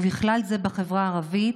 ובכלל זה בחברה הערבית,